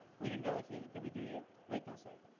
we didn't go with you did we do you? wait don't say.